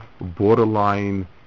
borderline